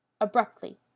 Abruptly